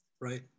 right